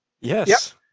Yes